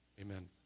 Amen